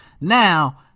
Now